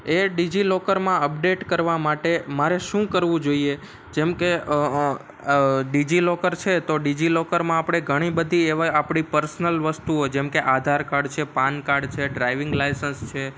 એ ડિઝિલોકરમાં અપડેટ કરવા માટે મારે શું કરવું જોઈએ જેમકે ડિઝીલોકર છે તો ડિઝિલોકરમાં આપણે ઘણી બધી એવ આપણી પર્સનલ વસ્તુઓ જેમકે આધાર કાર્ડ છે પાન કાર્ડ છે ડ્રાઇવિંગ લાઇસન્સ છે